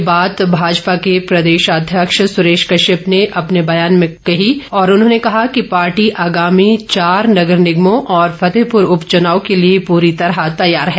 ये बात भाजपा के प्रदेशाध्यक्ष सुरेश कश्यप ने अपने बयान में कही और उन्होंने कहा कि पार्टी आगामी चार नगर निगमों और फतेहपुर उपचनाव के लिए पुरी तरह तैयार है